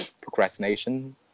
procrastination